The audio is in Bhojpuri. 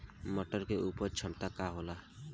मटर के उपज क्षमता का होला?